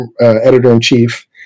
editor-in-chief